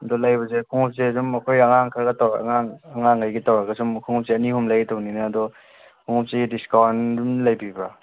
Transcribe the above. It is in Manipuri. ꯑꯗꯣ ꯂꯩꯕꯁꯦ ꯈꯨꯃꯨꯛꯁꯦ ꯑꯗꯨꯝ ꯑꯩꯈꯣꯏ ꯑꯉꯥꯡ ꯈꯔꯒ ꯇꯧꯔ ꯑꯉꯥꯡꯈꯩꯒꯤ ꯇꯧꯔꯒ ꯁꯨꯝ ꯈꯨꯃꯨꯛꯁꯦ ꯑꯅꯤ ꯑꯍꯨꯝ ꯂꯩꯒꯦ ꯇꯧꯅꯤꯅꯦ ꯑꯗꯣ ꯈꯨꯃꯨꯛꯁꯤ ꯗꯤꯁꯀꯥꯎꯟ ꯑꯗꯨꯝ ꯂꯩꯕꯤꯕ꯭ꯔꯥ